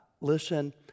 Listen